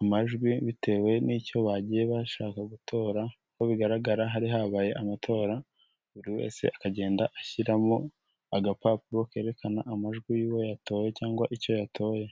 amajwi bitewe n'icyo bagiye bashaka gutora, uko bigaragara hari habaye amatora buri wese akagenda ashyiramo agapapuro kerekana amajwi y'uwo yatoye cyangwa icyo yatoye.